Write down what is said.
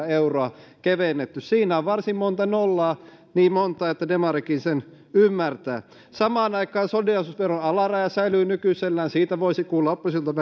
euroa kevennetty siinä on varsin monta nollaa niin monta että demarikin sen ymmärtää samaan aikaan solidaarisuusveron alaraja säilyy nykyisellään siitä voisi kuulla oppositiolta